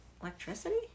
electricity